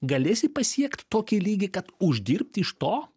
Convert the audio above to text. galėsi pasiekt tokį lygį kad uždirbt iš to